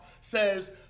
says